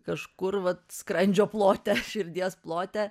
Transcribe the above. kažkur vat skrandžio plote širdies plote